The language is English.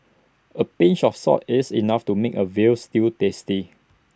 A pinch of salt is enough to make A Veal Stew tasty